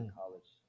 college